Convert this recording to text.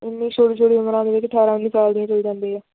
ਇੰਨੀ ਛੋਟੀ ਛੋਟੀ ਉਮਰਾਂ ਦੇ ਵਿੱਚ ਅਠਾਰਾਂ ਵੀਹ ਸਾਲ ਦੇ ਵਿੱਚ ਚਲ ਜਾਂਦੇ ਆ